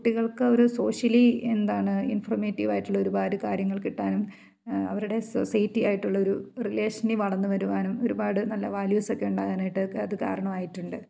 കുട്ടികൾക്ക് അവർ സോഷ്യലി എന്താണ് ഇൻഫർമേറ്റീവ് ആയിട്ടുള്ള ഒരുപാട് കാര്യങ്ങൾ കിട്ടാനും അവരുടെ സൊസൈറ്റി ആയിട്ടുള്ളൊരു റിലേഷനി വളർന്ന് വരുവാനും ഒരുപാട് നല്ല വാല്യൂസൊക്കെ ഉണ്ടാകാനായിട്ട് അത് കാരണമായിട്ടുണ്ട്